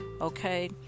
okay